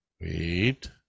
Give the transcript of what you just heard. Wait